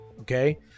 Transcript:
okay